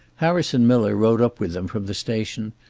harrison miller rode up with them from the station,